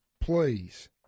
Please